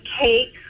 cake